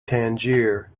tangier